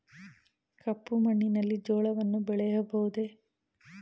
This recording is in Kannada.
ಕಪ್ಪು ಮಣ್ಣಿನಲ್ಲಿ ಜೋಳವನ್ನು ಬೆಳೆಯಬಹುದೇ?